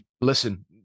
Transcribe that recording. listen